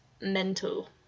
mental